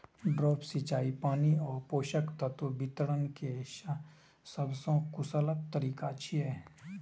drip सिंचाई पानि आ पोषक तत्व वितरण के सबसं कुशल तरीका छियै